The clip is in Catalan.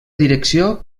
direcció